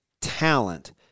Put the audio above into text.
talent